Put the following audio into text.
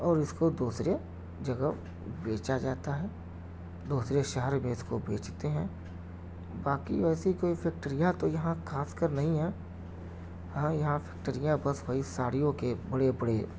اور اِس کو دوسرے جگہ بیچا جاتا ہے دوسرے شہر میں اِس کو بیچتے ہیں باقی ویسی کوئی فیکٹریاں تو یہاں خاص کر نہیں ہیں ہاں یہاں فیکٹریاں بس وہی ساڑھیوں کے بڑے بڑے